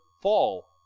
fall